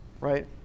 right